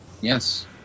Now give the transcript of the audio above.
Yes